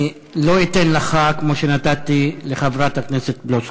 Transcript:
אני לא אתן לך כמו שנתתי לחברת הכנסת פלוסקוב.